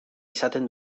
izaten